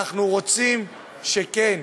אנחנו רוצים שכן,